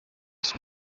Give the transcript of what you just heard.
isuku